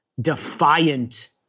defiant